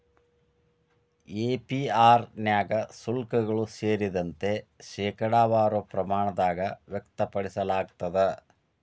APR ನ್ಯಾಗ ಶುಲ್ಕಗಳು ಸೇರಿದಂತೆ, ಶೇಕಡಾವಾರ ಪ್ರಮಾಣದಾಗ್ ವ್ಯಕ್ತಪಡಿಸಲಾಗ್ತದ